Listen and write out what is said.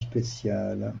spéciale